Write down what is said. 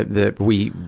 that we,